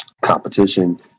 competition